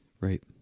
Right